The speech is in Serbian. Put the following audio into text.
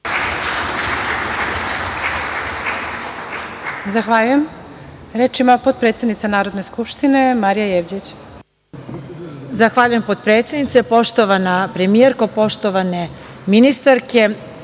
Zahvaljujem. Reč ima potpredsednica Narodne skupštine Marija Jevđić. **Marija Jevđić** Zahvaljujem potpredsednice. Poštovana premijerko, poštovane ministarke,